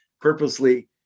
purposely